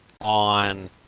on